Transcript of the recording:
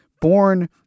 born